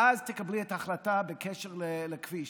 ואז תקבלי את ההחלטה בקשר לכביש.